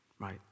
Right